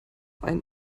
einen